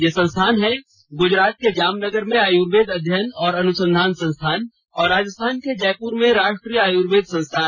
ये संस्थान हैं गुजरात के जामनगर में आयूर्वेद अध्ययन और अनुसंधान संस्थान और राजस्थान के जयपुर में राष्ट्रीय आयूर्वेद संस्थान